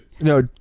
No